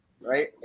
right